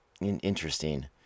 interesting